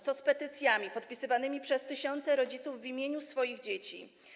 Co z petycjami podpisywanymi przez tysiące rodziców w imieniu ich dzieci?